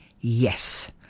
yes